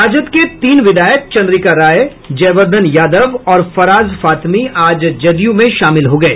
राजद के तीन विधायक चंद्रिका राय जयवर्धन यादव और फराज फातमी आज जदयू में शामिल हो गये